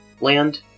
land